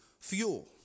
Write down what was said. fuel